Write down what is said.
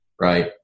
right